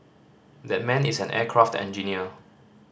that man is an aircraft engineer